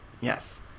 Yes